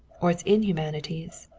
or its inhumanities.